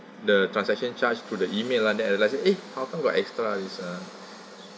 the transaction charged through the email and then I realised eh how come got extra this ah